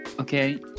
okay